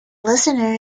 listener